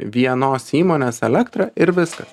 vienos įmonės elektrą ir viskas